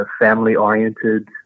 family-oriented